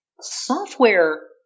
Software